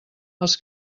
els